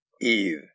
Eve